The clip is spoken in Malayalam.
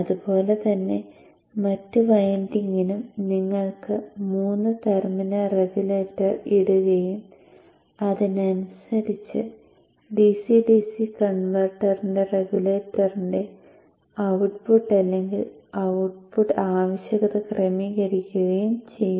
അതുപോലെ തന്നെ മറ്റ് വൈൻഡിംഗിനും നിങ്ങൾക്ക് മൂന്ന് ടെർമിനൽ റെഗുലേറ്റർ ഇടുകയും അതിനനുസരിച്ച് DC Dc കൺവെർട്ടറിന്റെ റെഗുലേറ്ററിന്റെ ഔട്ട്പുട്ട് അല്ലെങ്കിൽ ഔട്ട്പുട്ട് ആവശ്യകത ക്രമീകരിക്കുകയും ചെയ്യാം